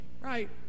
right